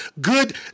Good